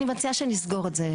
אני מציעה שנסגור את זה.